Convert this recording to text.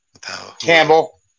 Campbell